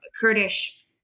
Kurdish